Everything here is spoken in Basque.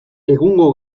egungo